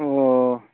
ꯑꯣ